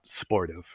sportive